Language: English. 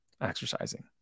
exercising